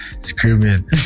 screaming